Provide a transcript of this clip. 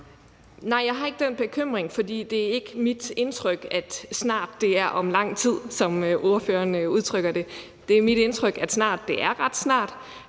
Nej, jeg har ikke den bekymring, for det er ikke mit indtryk, at snart er om lang tid, som ordføreren udtrykker det. Det er mit indtryk, at snart er ret snart.